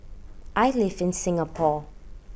I live in Singapore